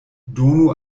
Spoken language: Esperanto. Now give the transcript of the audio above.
donu